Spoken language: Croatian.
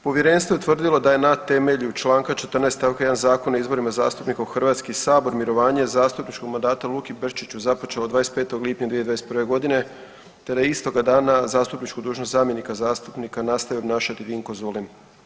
Povjerenstvo je utvrdilo da je na temelju Članka 14. stavka 1. Zakona o izborima zastupnika u Hrvatski sabor mirovanje zastupničkog mandata Luki Brčiću započelo 25. lipnja 2021. godine te da je istoga dana zastupničku dužnost zamjenika zastupnika nastavio obnašati Vinko Zulim.